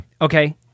Okay